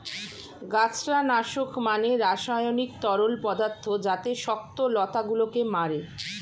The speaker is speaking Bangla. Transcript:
গাছড়া নাশক মানে রাসায়নিক তরল পদার্থ যাতে শক্ত লতা গুলোকে মারে